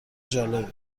جالبه